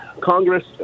Congress